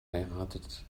heiratet